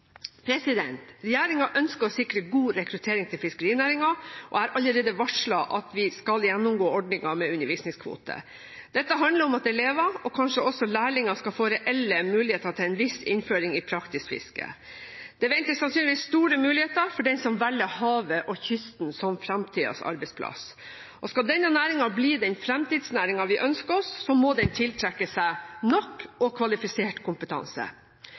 ønsker å sikre god rekruttering til fiskerinæringen, og jeg har allerede varslet at vi skal gjennomgå ordningen med undervisningskvoter. Dette handler om at elever og kanskje også lærlinger skal få reelle muligheter til en viss innføring i praktisk fiske. Det venter sannsynligvis store muligheter for den som velger havet og kysten som fremtidens arbeidsplass. Skal denne næringen bli den fremtidsnæringen vi ønsker oss, må den tiltrekke seg nok og kvalifisert kompetanse.